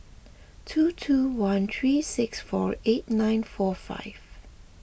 two two one three six four eight nine four five